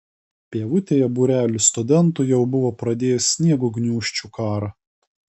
pievutėje būrelis studentų jau buvo pradėjęs sniego gniūžčių karą